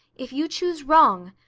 if you choose wrong,